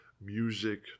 music